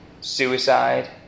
suicide